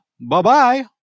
bye-bye